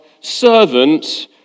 servant